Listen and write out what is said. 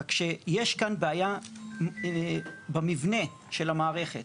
רק שיש כאן בעיה במבנה של המערכת.